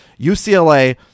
UCLA